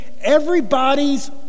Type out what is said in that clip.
everybody's